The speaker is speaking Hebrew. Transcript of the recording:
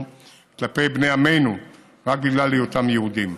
כלפי בני עמנו רק בגלל היותם יהודים.